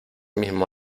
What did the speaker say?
mismo